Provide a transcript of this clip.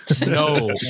No